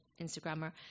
Instagrammer